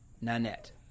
Nanette